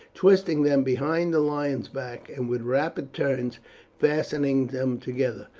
twisting them behind the lion's back and with rapid turns fastening them together.